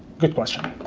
good question.